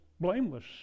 blameless